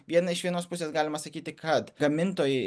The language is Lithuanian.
viena iš vienos pusės galima sakyti kad gamintojai